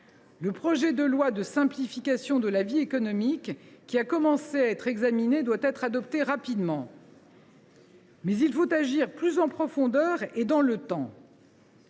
Le projet de loi de simplification de la vie économique qui a commencé à être examiné doit être adopté rapidement. « Mais il faut agir plus en profondeur et dans le temps.